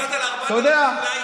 הגעת ל-4,000 לייקים,